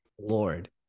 Lord